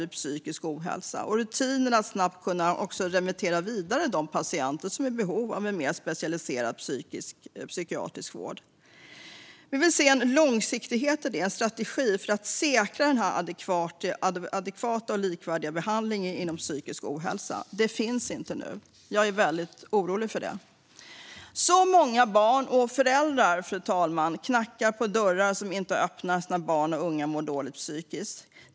Och det ska finnas rutiner att snabbt kunna remittera vidare de patienter som är i behov av en mer specialiserad psykiatrisk vård. Vi vill se en långsiktighet och en strategi för detta för att säkra en adekvat och likvärdig behandling inom psykisk ohälsa. Det finns inte nu. Jag är väldigt orolig för det. Fru talman! Så många barn och föräldrar knackar på dörrar som inte öppnas när barn och unga mår dåligt psykiskt.